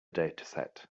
dataset